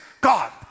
God